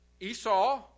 Esau